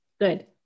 Good